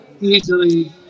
easily